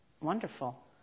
wonderful